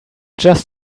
just